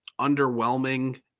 underwhelming